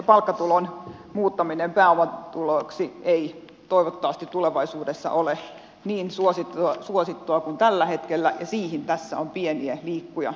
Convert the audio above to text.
palkkatulon muuttaminen pääomatuloksi ei toivottavasti tulevaisuudessa ole niin suosittua kuin tällä hetkellä ja siihen tässä on pieniä liikkuja